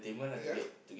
ya